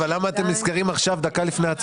אבל למה אתם נזכרים עכשיו דקה לפני הצבעה?